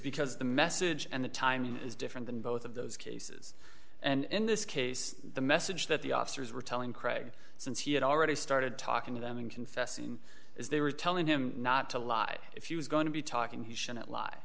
because the message and the timing is different than both of those cases and in this case the message that the officers were telling craig since he had already started talking to them in confessing is they were telling him not to lie if you was going to be talking he shouldn't lie